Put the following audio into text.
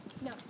No